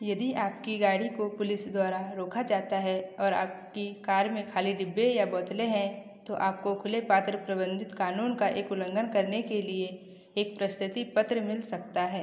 यदि आपके गाड़ी को पुलिस द्वारा रोका जाता है और आपकी कार में खाली डिब्बे या बोतलें हैं तो आपको खुले पात्र प्रबंधित कानून का उल्लंघन करने के लिए एक प्रशस्ति पत्र मिल सकता है